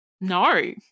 no